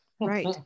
Right